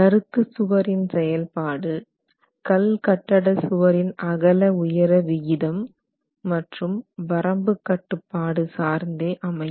நறுக்கு சுவரின் செயல்பாடு கல்கட்டட சுவரின் அகல உயர விகிதம் மற்றும் வரம்பு கட்டுப்பாடு சார்ந்தே அமையும்